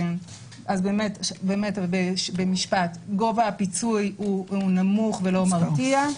גובה הפיצוי הוא נמוך ולא מרתיע.